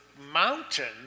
mountain